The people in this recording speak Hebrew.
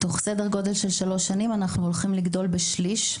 בתוך שלוש שנים אנחנו הולכים לגדול ב-33%,